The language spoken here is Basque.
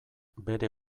bere